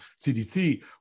CDC